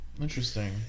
Interesting